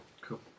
Cool